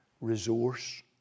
resource